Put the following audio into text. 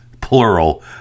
plural